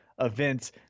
events